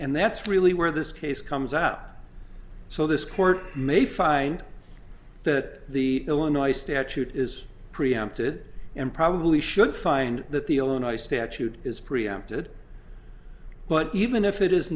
and that's really where this case comes up so this court may find that the illinois statute is preempted and probably should find that the illinois statute is preempted but even if it is